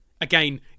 Again